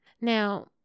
Now